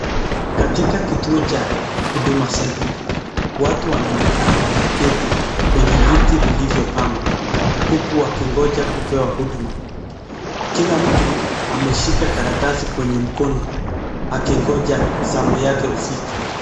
Katika kituo cha Huduma Centre, watu wanaonekana wameketi kwenye viti vilivyopangwa huku wakingoja kupewa huduma. Kila mtu ameshika karatasi kwenye mkono akingoja zamu yake ufike.